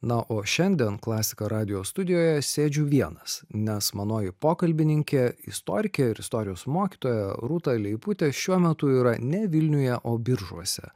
na o šiandien klasika radijo studijoje sėdžiu vienas nes manoji pokalbininkė istorikė ir istorijos mokytoja rūta leiputė šiuo metu yra ne vilniuje o biržuose